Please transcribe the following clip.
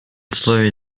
условий